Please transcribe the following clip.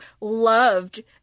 loved